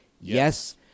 Yes